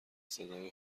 صدای